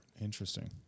interesting